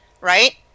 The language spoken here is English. right